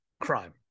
crime